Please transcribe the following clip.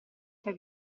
fai